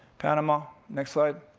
panama, next slide.